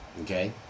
Okay